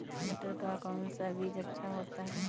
मटर का कौन सा बीज अच्छा होता हैं?